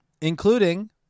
including